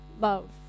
love